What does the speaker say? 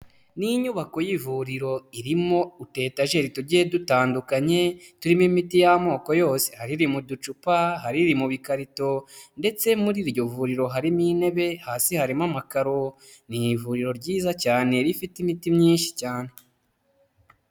Ni inyubako y'ivuriro irimo utuyetajiri tugiye dutandukanye turimo imiti y'amoko yose, hari iri mu ducupa, hari iri mu bikarito ndetse muri iryo vuriro harimo intebe hasi harimo amakaro, ni ivuriro ryiza cyane rifite imiti myinshi cyane.